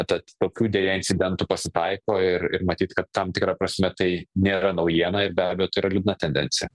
tad tokių deja incidentų pasitaiko ir ir matyt kad tam tikra prasme tai nėra naujiena ir be abejo tai yra liūdna tendencija